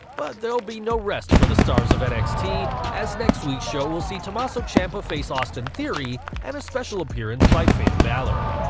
but they'll be no rest for the stars of nxt, as next week's show will see tomasso ciampa face austin theory, and a special appearance by finn balor.